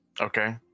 Okay